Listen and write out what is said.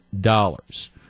dollars